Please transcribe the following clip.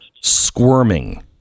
squirming